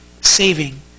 saving